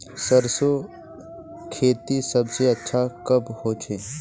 सरसों खेती सबसे अच्छा कब होचे?